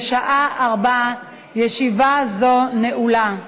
בשעה 16:00. ישיבה זו נעולה.